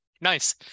Nice